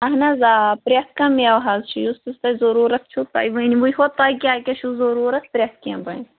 اَہَن حظ آ پرٛٮ۪تھ کانٛہہ مٮ۪وٕ حظ چھُ یُس یُس تۄہہِ ضروٗرت چھُ تۄہہِ ؤنوٕے یوٚت تۄہہِ کیٛاہ کیٛاہ چھُو ضروٗرت پرٛٮ۪تھ کیٚنٛہہ بَنہِ